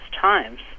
times